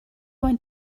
went